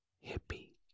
Hippy